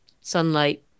sunlight